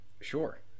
sure